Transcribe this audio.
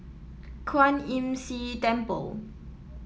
Kwan Imm See Temple